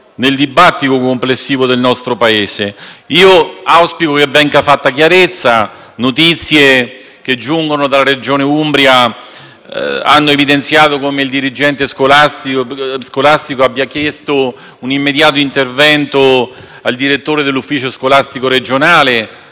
nel dibattito complessivo del nostro Paese. Auspico che venga fatta chiarezza. Notizie che giungono dalla Regione Umbria hanno evidenziato come il dirigente scolastico abbia chiesto un immediato intervento al direttore dell'Ufficio scolastico regionale